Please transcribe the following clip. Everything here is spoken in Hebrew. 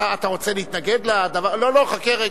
אתה רוצה להתנגד, לא, חכה רגע.